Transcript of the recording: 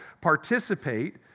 participate